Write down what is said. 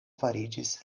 fariĝis